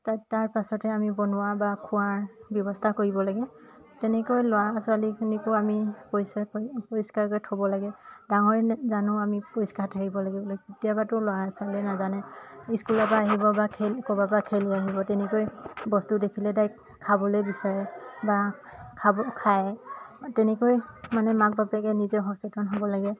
তাত তাৰ পাছতে আমি বনোৱা বা খোৱাৰ ব্যৱস্থা কৰিব লাগে তেনেকৈ ল'ৰা ছোৱালীখিনিকো আমি পৰিষ্কাৰ কৰি পৰিষ্কাৰক থ'ব লাগে ডাঙৰে জানো আমি পৰিষ্কাৰ থাকিবলৈ কেতিয়াবাতো ল'ৰা ছোৱালীয়ে নাজানে স্কুলৰপৰা আহিব বা খেল ক'ৰবাৰপৰা খেলি আহিব তেনেকৈ বস্তু দেখিলে ডাৰেক্ট খাবলৈ বিচাৰে বা খাব খায় তেনেকৈ মানে মাক বাপেকে নিজে সচেতন হ'ব লাগে